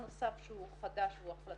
לא הזנות הרגילה והמוכרת שנעשית בחדרים